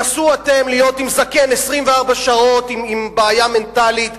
נסו אתם להיות 24 שעות עם זקן עם בעיה מנטלית,